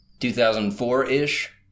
2004-ish